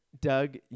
Doug